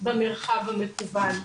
ברחב המקוון,